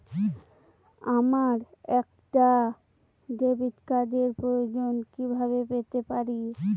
আমার একটা ডেবিট কার্ডের প্রয়োজন কিভাবে পেতে পারি?